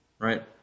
Right